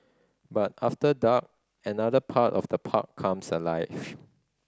but after dark another part of the park comes alive